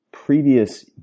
Previous